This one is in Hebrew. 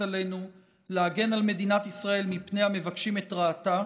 עלינו להגן על מדינת ישראל מפני המבקשים את רעתה,